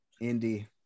Indy